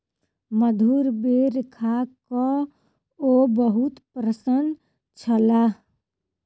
मधुर बेर खा कअ ओ बहुत प्रसन्न छलाह